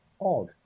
odd